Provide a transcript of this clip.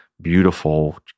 beautiful